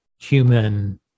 human